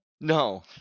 No